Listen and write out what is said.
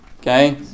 Okay